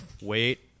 wait